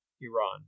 Iran